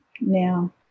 now